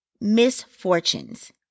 misfortunes